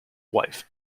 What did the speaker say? wife